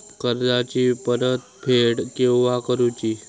कर्जाची परत फेड केव्हा करुची?